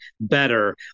better